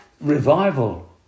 Revival